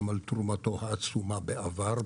גם על תרומתו העצומה בעבר,